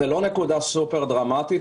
זו לא נקודה סופר דרמטית,